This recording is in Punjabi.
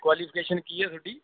ਕੁਆਲੀਫਿਕੇਸ਼ਨ ਕੀ ਹੈ ਤੁਹਾਡੀ